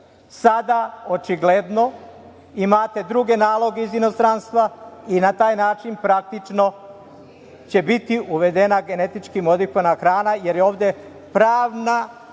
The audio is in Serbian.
Sada očigledno imate druge naloge iz inostranstva i na taj način praktično će biti uvedena genetički modifikovana hrana jer je ovde pravna